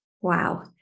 Wow